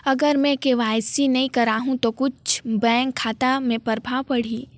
अगर मे के.वाई.सी नी कराहू तो कुछ बैंक खाता मे प्रभाव पढ़ी?